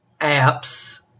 Apps